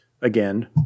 again